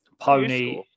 pony